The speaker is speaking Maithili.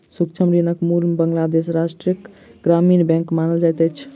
सूक्ष्म ऋणक मूल बांग्लादेश राष्ट्रक ग्रामीण बैंक मानल जाइत अछि